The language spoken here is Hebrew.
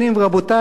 רבותי,